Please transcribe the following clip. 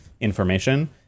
information